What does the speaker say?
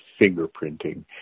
fingerprinting